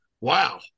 Wow